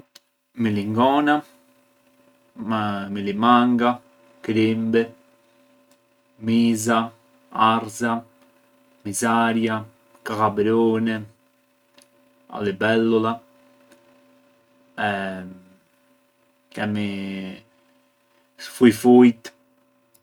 Milingona, milimanga, krimbi, miza, arëza, mizarja, kalabruni, a libelula, kemi fujfujët.